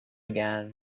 again